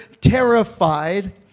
terrified